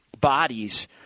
bodies